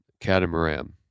catamaran